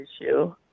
issue